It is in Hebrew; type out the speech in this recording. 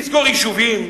נסגור יישובים.